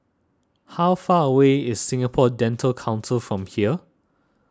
how far away is Singapore Dental Council from here